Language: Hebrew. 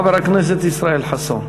חבר הכנסת ישראל חסון.